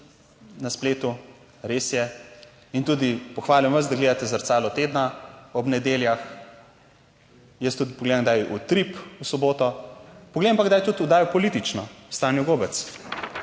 na spletu. Res je. In tudi pohvalim vas, da gledate Zrcalo tedna ob nedeljah. Jaz tudi pogledam kdaj Utrip v soboto, pogledam pa kdaj tudi oddajo Politično, s Tanjo Gobec,